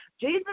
Jesus